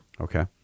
Okay